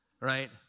Right